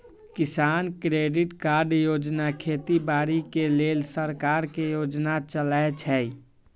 किसान credit card योजना खेती बाड़ी करे लेल सरकार के योजना चलै छै